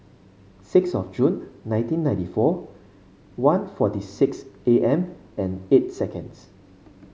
six of June nineteen ninety four one forty six A M and eight seconds